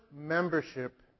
membership